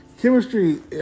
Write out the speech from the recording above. chemistry